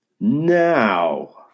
Now